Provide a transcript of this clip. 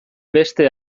beste